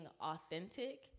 authentic